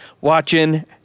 watching